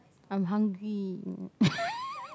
I'm hungry